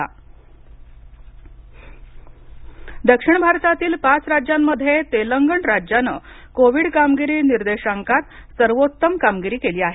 तेलंगण कामगिरी दक्षिण भारतातील पाच राज्यांमध्ये तेलंगण राज्यानं कोविड कामगिरी निर्देशांकात सर्वोत्तम कामगिरी केली आहे